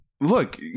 look